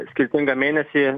skirtingą mėnesį